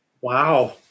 Wow